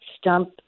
stump